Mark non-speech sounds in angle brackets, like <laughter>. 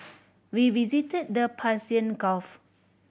<noise> we visited the Persian Gulf